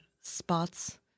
spots